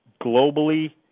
globally